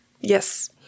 Yes